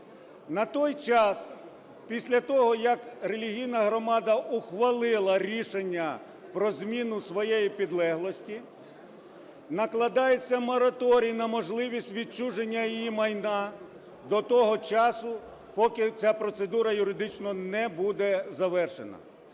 На той час, після того як релігійна громада ухвалила рішення про зміну своєї підлеглості, накладається мораторій на можливість відчуження її майна до того часу, поки ця процедура юридично не буде завершена.